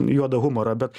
juodą humorą bet